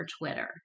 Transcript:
Twitter